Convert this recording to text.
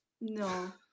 no